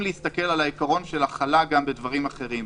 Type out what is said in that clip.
להסתכל על עיקרון ההכלה גם בדברים אחרים.